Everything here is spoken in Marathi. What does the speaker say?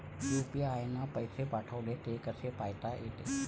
यू.पी.आय न पैसे पाठवले, ते कसे पायता येते?